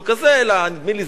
נדמה לי,